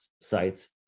sites